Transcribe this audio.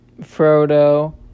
Frodo